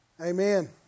Amen